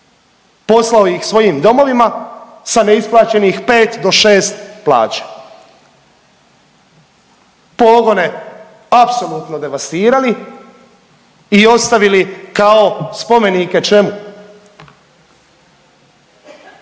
poslao ih svojim domovima sa neisplaćenih pet do šest plaća. Pogone apsolutno devastirali i ostavili kao spomenike čemu?